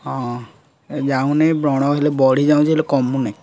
ହଁ ଯାଉନି ବ୍ରଣ ହେଲେ ବଢ଼ି ଯାଉଛି ହେଲେ କମୁନି